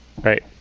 Right